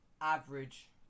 average